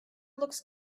looks